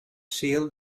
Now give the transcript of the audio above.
seal